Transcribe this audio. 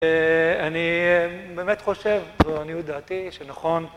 אני באמת חושב, לעניות דעתי שנכון